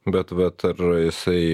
bet vat ar jisai